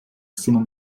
acima